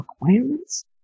requirements